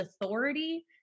authority